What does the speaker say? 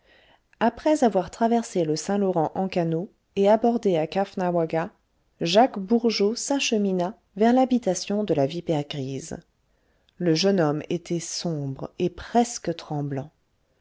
après avoir traversé le saint-laurent en canot et abordé à caughnawaga jacques bourgeot s'achemina vers l'habitation de la vipère grise le jeune homme était sombre et presque tremblant